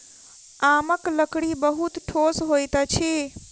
आमक लकड़ी बहुत ठोस होइत अछि